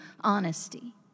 honesty